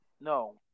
No